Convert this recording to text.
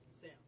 Sam